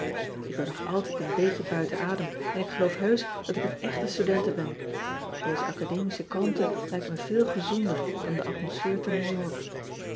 k ben nog altijd een beetje buiten adem en ik geloof heusch dat ik een echte studente ben oze academische kalmte lijkt me veel gezonder dan de atmosfeer te ew ork